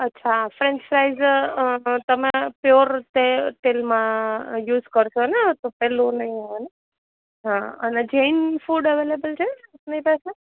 અચ્છા French fries તમારા pure તે તેલમાં યુસ કરશોને પેલું નઇ હોય ને હા અને જૈન ફૂડ અવેલેબલ છે આપણી પાસે